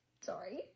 Sorry